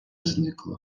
зникла